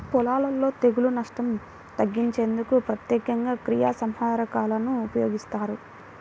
పొలాలలో తెగుళ్ల నష్టం తగ్గించేందుకు ప్రత్యేకంగా క్రిమిసంహారకాలను ఉపయోగిస్తారు